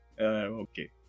Okay